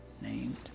named